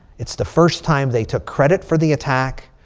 it's the first time they took credit for the attack.